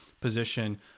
position